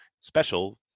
Special